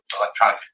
electronic